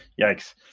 Yikes